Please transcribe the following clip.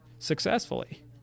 successfully